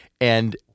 And-